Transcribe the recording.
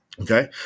Okay